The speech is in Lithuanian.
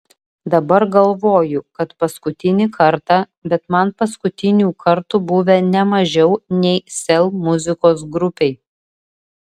dabar galvoju kad paskutinį kartą bet man paskutinių kartų buvę ne mažiau nei sel muzikos grupei